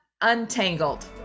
untangled